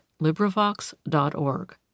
LibriVox.org